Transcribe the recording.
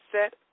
set